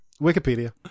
Wikipedia